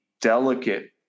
delicate